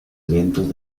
eventos